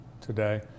today